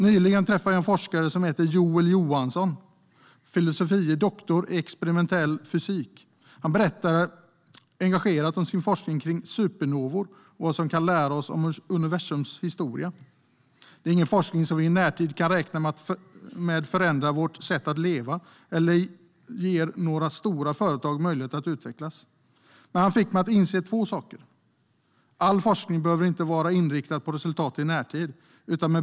Nyligen träffade jag en forskare som heter Joel Johansson, filosofie doktor i experimentell fysik. Han berättade engagerat om sin forskning kring supernovor och vad den kan lära oss om universums historia. Det är ingen forskning som vi i närtid kan räkna med förändrar vårt sätt att leva eller ger några stora företag möjlighet att utvecklas. Men han fick mig att inse två saker, nämligen att all forskning inte behöver vara inriktad på resultat i närtid.